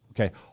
Okay